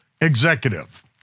executive